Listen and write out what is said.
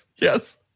Yes